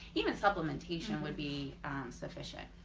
even supplementation would be sufficient.